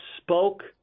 spoke